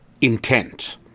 intent